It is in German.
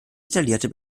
detaillierte